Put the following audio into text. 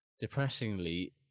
Depressingly